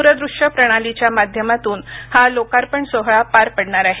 दूरदृश्य प्रणालीच्या माध्यमातून हा लोकार्पण सोहळा पार पडणार आहे